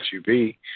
SUV